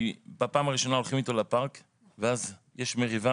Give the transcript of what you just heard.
כי בפעם הראשונה הולכים איתו לפארק ואז יש מריבה